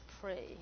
pray